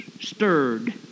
stirred